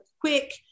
quick